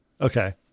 okay